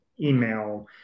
email